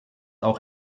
auch